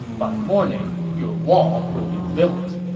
by morning, your wall will be built.